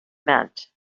meant